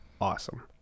awesome